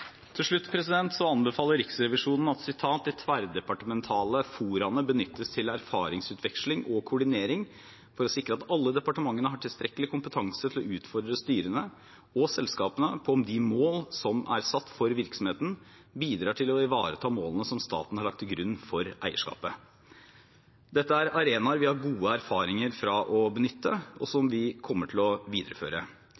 Til slutt anbefaler Riksrevisjonen at «de tverrdepartementale foraene benyttes til erfaringsutveksling og koordinering for å sikre at alle departementene har tilstrekkelig kompetanse til å utfordre styrene og selskapene på om de mål som er satt for virksomheten, bidrar til å ivareta målene som staten har lagt til grunn for eierskapet». Dette er arenaer vi har gode erfaringer fra å benytte, og som